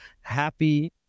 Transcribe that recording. happy